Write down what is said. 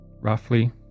roughly